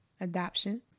adoption